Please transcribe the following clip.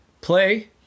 play